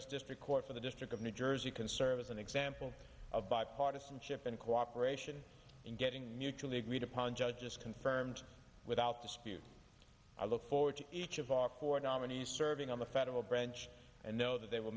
s district court for the district of new jersey can serve as an example of bipartisanship and cooperation in getting mutually agreed upon judges confirmed without dispute i look forward to each of our four nominees serving on the federal bench and know that they will